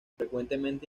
frecuentemente